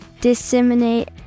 disseminate